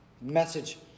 message